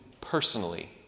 personally